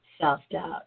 self-doubt